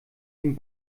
den